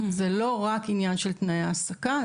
זה לא רק עניין של תנאי העסקה,